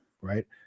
right